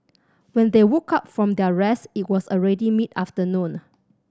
when they woke up from their rest it was already mid afternoon